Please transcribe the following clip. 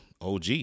OG